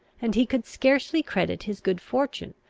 and he could scarcely credit his good fortune,